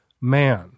man